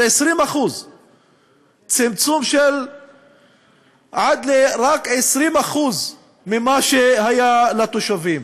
זה 20%. צמצום עד ל-20% ממה שהיה לתושבים.